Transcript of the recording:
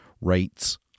rates